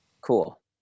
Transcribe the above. Cool